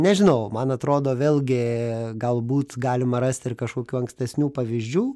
nežinau man atrodo vėlgi galbūt galima rasti ir kažkokių ankstesnių pavyzdžių